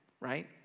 right